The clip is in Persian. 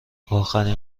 آخرین